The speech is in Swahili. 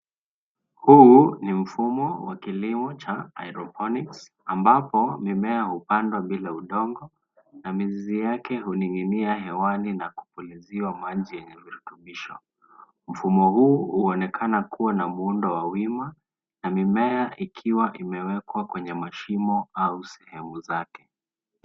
Chupa ndogo ya kioo yenye lebo ya Poxvax inaonekana. Ina kofia ya dhahabu na inaonekana kuwa na chanjo ndani yake. Maelekezo ya matumizi yameandikwa kwenye label . Mazingira ya nyuma ni rahisi na yasiyo na mwelekeo.